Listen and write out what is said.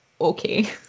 okay